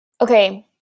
Okay